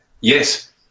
Yes